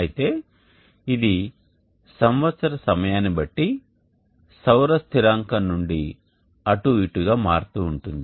అయితే ఇది సంవత్సర సమయాన్ని బట్టి సౌర స్థిరాంకం నుండి అటు ఇటు గా మారుతూ ఉంటుంది